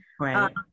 Right